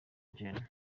gen